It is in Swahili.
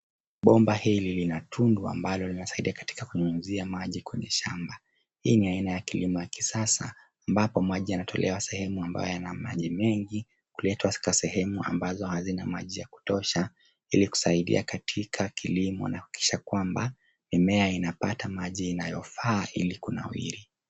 Bomba hili lina tundu ambalo linasaidia katika kunyunyuzia maji kwenye shamba. Hii ni aina ya kilimo ya kisasa ambapo maji yanatolewa sehemu ambaye yana maji mengi kuletwa katika sehemu ambazo hazina maji ya kutosha ili kusaidia katika kilimo na kuhakikisha kwamba mimea inapata maji inayofaa ili kunawiri.